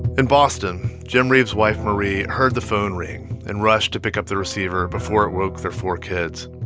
in boston, jim reeb's wife, marie, heard the phone ring and rushed to pick up the receiver before it woke their four kids.